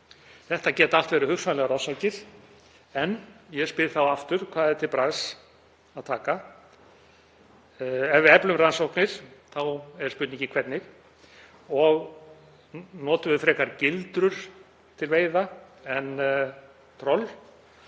Þetta geta allt verið hugsanlegar orsakir. En ég spyr þá aftur: Hvað er til bragðs að taka? Ef við eflum rannsóknir þá er spurningin: Hvernig? Notum við frekar gildrur til veiða en troll?